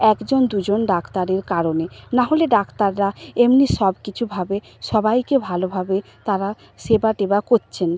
একজন দুজন ডাক্তারের কারণে না হলে ডাক্তাররা এমনি সব কিছুভাবে সবাইকে ভালোভাবে তারা সেবা টেবা করছেন